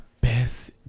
best